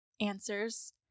answers